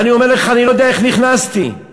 אני לא יודע איך נכנסתי אבל